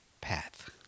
path